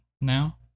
now